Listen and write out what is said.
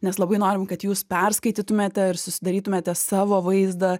nes labai norim kad jūs perskaitytumėte ir susidarytumėte savo vaizdą